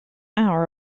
hour